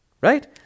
Right